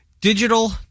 digital